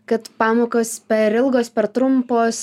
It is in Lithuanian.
kad pamokos per ilgos per trumpos